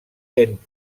lent